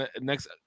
next